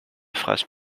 phrases